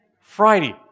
Friday